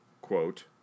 quote